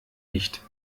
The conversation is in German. nicht